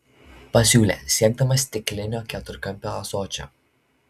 pasiūlė siekdamas stiklinio keturkampio ąsočio